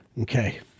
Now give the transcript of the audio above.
Okay